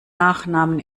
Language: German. nachnamen